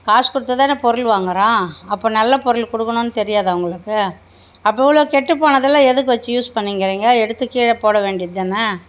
காசு கொடுத்து தானே பொருள் வாங்குறோம் அப்போ நல்ல பொருள் கொடுக்கணுன்னு தெரியாதா உங்களுக்கு அப்போ இவ்வளோ கெட்டுப்போனதுலாம் எதுக்கு வச்சி யூஸ் பண்ணிங்க நீங்கள் எடுத்து கீழே போட வேண்டியது தானே